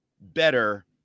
better